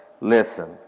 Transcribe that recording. Listen